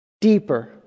Deeper